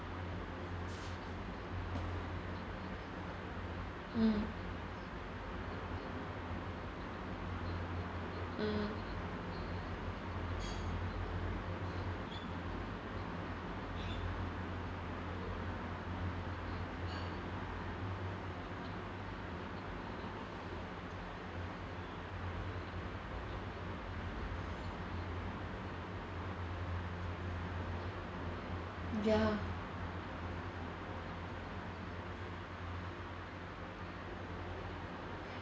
mm mm ya